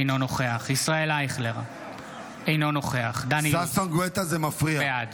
אינו נוכח ישראל אייכלר, אינו נוכח דן אילוז, בעד